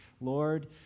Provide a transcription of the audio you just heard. Lord